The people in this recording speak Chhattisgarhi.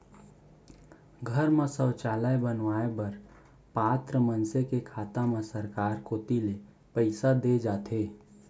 घर म सौचालय बनवाए बर पात्र मनसे के खाता म सरकार कोती ले पइसा दे जाथे